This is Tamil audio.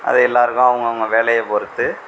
அது எல்லாேருக்கும் அவுங்கவங்க வேலையை பொறுத்து